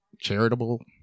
Charitable